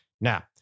Now